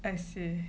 I see